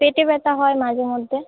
পেটে ব্যথা হয় মাঝে মধ্যে